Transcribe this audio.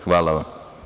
Hvala vam.